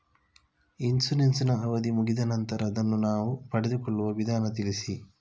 Insurance ನ ಅವಧಿ ಮುಗಿದ ನಂತರ ಅದನ್ನು ನಾವು ಪಡೆದುಕೊಳ್ಳುವ ವಿಧಾನ ತಿಳಿಸಿ?